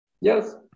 Yes